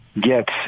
get